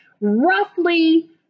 roughly